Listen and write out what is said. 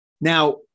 Now